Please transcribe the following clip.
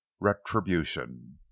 RETRIBUTION